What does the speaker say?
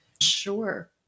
Sure